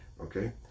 Okay